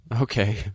Okay